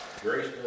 Grace